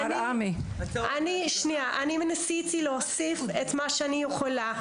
אני ניסיתי להוסיף את מה שאני יכולה.